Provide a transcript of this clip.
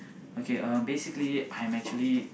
okay uh basically I'm actually